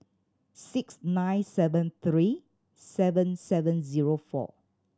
six nine seven three seven seven zero four